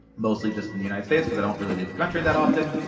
mostly just in the united states cause i don't really leave the country that often,